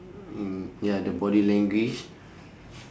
mm ya the body language